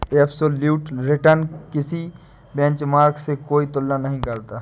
absolute return किसी benchmark से कोई तुलना नहीं करता